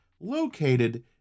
located